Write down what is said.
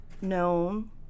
known